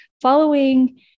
following